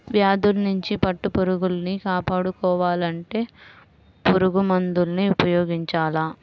వ్యాధుల్నించి పట్టుపురుగుల్ని కాపాడుకోవాలంటే పురుగుమందుల్ని ఉపయోగించాల